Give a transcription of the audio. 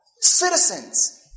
Citizens